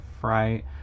fright